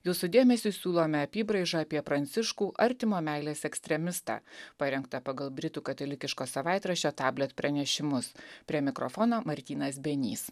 jūsų dėmesiui siūlome apybraižą apie pranciškų artimo meilės ekstremistą parengtą pagal britų katalikiško savaitraščio tablet pranešimus prie mikrofono martynas benys